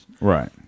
Right